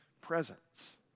presence